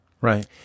right